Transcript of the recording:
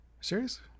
Serious